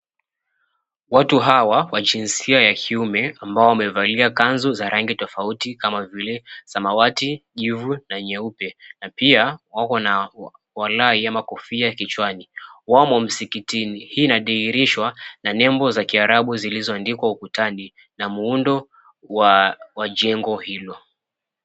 Watu hawa wa jinsia ya kiume ambao wamevalia kanzu za rangi tofauti kama vile samawati, jivu na nyeupe na pia wako na walai ama kofia kichwani. Wamo msikitini, hii inadhihirishwa na nembo za kiarabu zilizoandikwa ukutani na muundo wa jengo hilo.